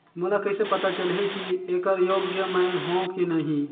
मोला कइसे पता चलही की येकर योग्य मैं हों की नहीं?